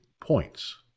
points